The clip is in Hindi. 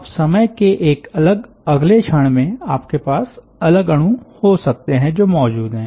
अब समय के एक अलग अगले क्षण में आपके पास अलग अणु हो सकते हैं जो मौजूद हैं